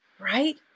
Right